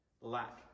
lack